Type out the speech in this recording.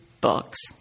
books